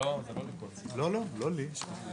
אני מקווה ומשוכנע שהיא לא